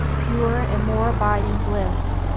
purer, and more abiding bliss.